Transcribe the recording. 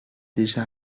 déjà